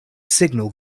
signal